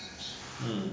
hmm